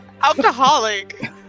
alcoholic